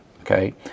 okay